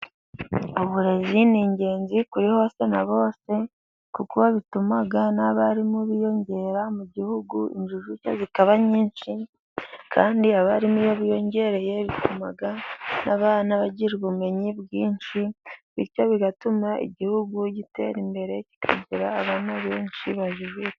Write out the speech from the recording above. Uburezi ni ingenzi kuri hose na bose kuko bituma n'abarimu biyongera mu gihugu, injijuke zikaba nyinshi kandi abarimu iyo biyongereye bituma n'abana bagira ubumenyi bwinshi bityo bigatuma igihugu gitera imbere kikagira abantu benshi bajijutse.